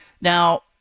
Now